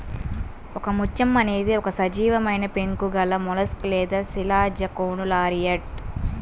ఒకముత్యం అనేది ఒక సజీవమైనపెంకు గలమొలస్క్ లేదా శిలాజకోనులారియిడ్